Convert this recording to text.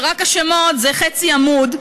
שרק השמות זה חצי עמוד,